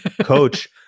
coach